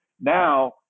Now